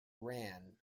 ran